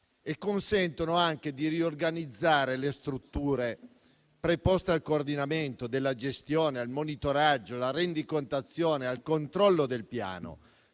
e consente anche di riorganizzare le strutture preposte al coordinamento della gestione, al monitoraggio, alla rendicontazione e al controllo del Piano.